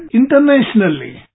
internationally